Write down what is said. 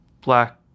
Black